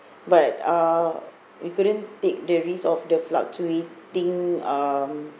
but uh we couldn't take the risk of the fluctuating um